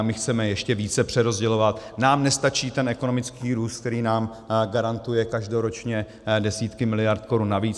My chceme ještě více přerozdělovat, nám nestačí ten ekonomický růst, který nám garantuje každoročně desítky miliard korun navíc.